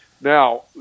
Now